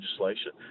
Legislation